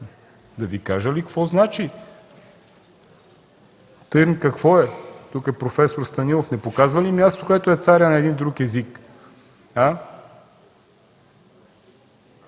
да Ви кажа ли какво значи? Какво е тем? Тук проф. Станилов не показа ли място, което е царя на един друг език? –